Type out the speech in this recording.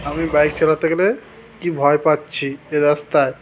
আমি বাইক চালাতে গেলে কী ভয় পাচ্ছি এ রাস্তায়